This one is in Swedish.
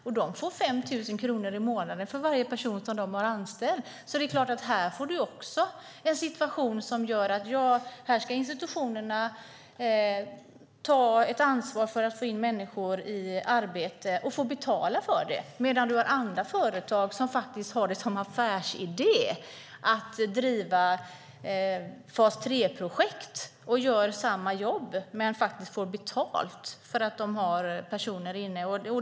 Företaget får 5 000 kronor i månaden för varje anställd person. Här blir det en situation där institutionerna ska ta ansvar för att få in människor i arbete - och få betala för det. Samtidigt finns andra företag som har som affärsidé att driva fas 3-projekt, utför samma jobb, men får betalt för dessa personer.